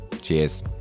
cheers